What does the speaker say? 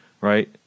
right